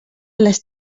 les